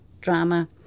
drama